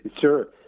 Sure